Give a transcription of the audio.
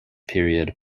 period